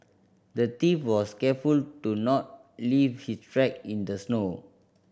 the thief was careful to not leave his track in the snow